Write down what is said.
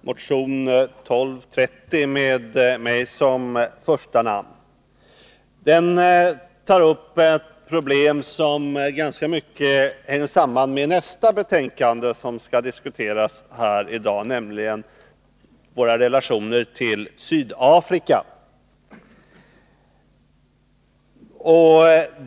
motion 1230 med mig som första namn. Den tar upp ett problem som ganska mycket hänger samman med nästa betänkande som skall diskuteras här i dag, nämligen om våra relationer till Sydafrika.